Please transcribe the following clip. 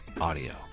audio